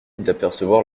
d’apercevoir